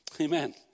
Amen